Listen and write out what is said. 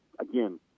again